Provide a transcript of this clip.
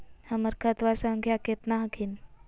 हमर खतवा संख्या केतना हखिन?